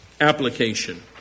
Application